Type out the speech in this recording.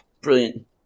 brilliant